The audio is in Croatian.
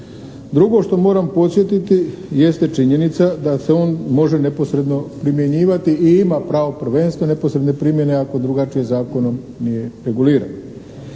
Drugo što moram podsjetiti jeste činjenica da se on može neposredno primjenjivati i ima pravo prvenstva neposredne primjene ako drugačije zakonom nije regulirano.